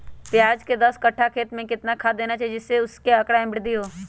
प्याज के दस कठ्ठा खेत में कितना खाद देना चाहिए जिससे उसके आंकड़ा में वृद्धि हो?